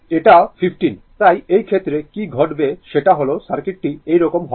এটা 15 তাই এই ক্ষেত্রে কি ঘটবে সেটা হল সার্কিটি এই রকম হবে